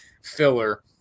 filler